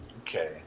Okay